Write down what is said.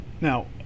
Now